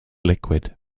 liquid